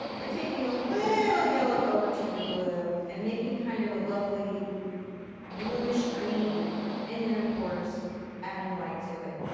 by taking a little yellow over to your blue. and making a kind of lovely blueish green and then of course adding white to it.